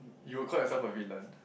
you'll call yourself a villain